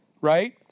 Right